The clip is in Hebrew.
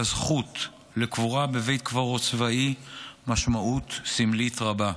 לזכות לקבורה בבית קברות צבאי משמעות סמלית רבה.